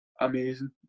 Amazing